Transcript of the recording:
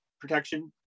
protection